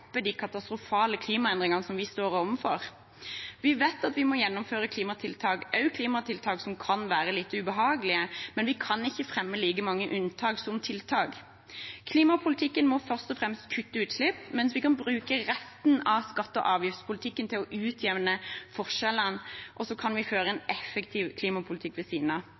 de katastrofale klimaendringene vi står overfor? Vi vet at vi må gjennomføre klimatiltak, også klimatiltak som kan være litt ubehagelige, men vi kan ikke fremme like mange unntak som tiltak. Klimapolitikken må først og fremst kutte utslipp, mens vi kan bruke resten av skatte- og avgiftspolitikken til å utjevne forskjellene, og så kan vi føre en effektiv klimapolitikk ved